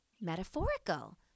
metaphorical